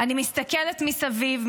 אני מסתכלת מסביב,